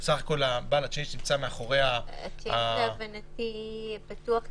בסך הכול בעל הצ'יינג' נמצא מאחורי --- הצ'יינג' להבנתי פתוח,